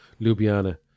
Ljubljana